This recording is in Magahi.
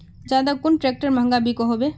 ज्यादा कुन ट्रैक्टर महंगा बिको होबे?